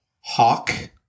hawk